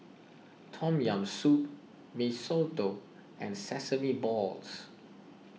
Tom Yam Soup Mee Soto and Sesame Balls